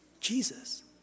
Jesus